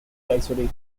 isolated